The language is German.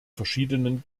verschiedenen